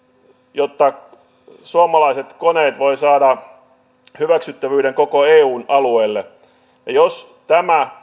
jotta suomalaiset koneet voivat saada hyväksyttävyyden koko eun alueelle jos tämä